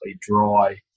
dry